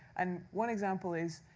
and one example is,